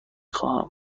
خواهم